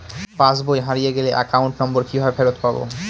পাসবই হারিয়ে গেলে account number কিভাবে ফেরত পাব?